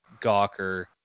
Gawker